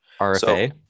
RFA